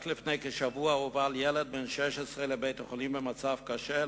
רק לפני כשבוע הובהל ילד בן 16 לבית-החולים במצב קשה,